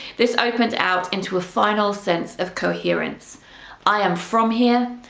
this opened out into a final sense of coherence i am from here,